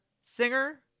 singer